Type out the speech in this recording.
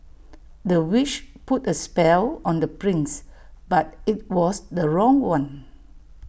the witch put A spell on the prince but IT was the wrong one